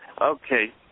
Okay